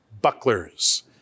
bucklers